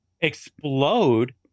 explode